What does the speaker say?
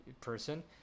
person